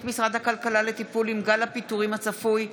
משרד הכלכלה לטיפול עם גל הפיטורים הצפוי,